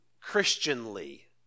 Christianly